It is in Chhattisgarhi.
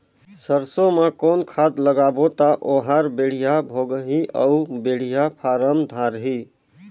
सरसो मा कौन खाद लगाबो ता ओहार बेडिया भोगही अउ बेडिया फारम धारही?